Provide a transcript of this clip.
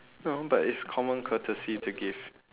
no but it's common courtesy to give